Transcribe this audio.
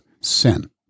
sin